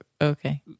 Okay